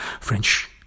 French